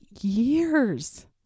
years